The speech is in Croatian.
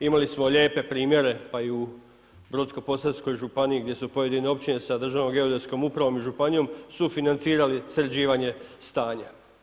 Imali smo lijepe primjere, pa i u Brodsko-posavskoj županiji gdje su pojedine općine sa Državnom geodetskom upravom i županijom sufinancirali sređivanje stanja.